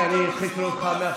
חבר הכנסת כלפון,